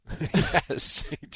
Yes